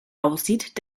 aussieht